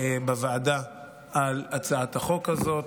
בוועדה על הצעת החוק הזאת.